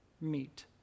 meet